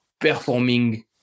performing